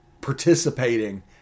participating